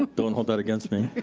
um don't hold that against me.